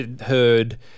heard